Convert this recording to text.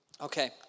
Okay